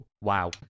Wow